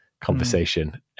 conversation